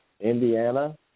Indiana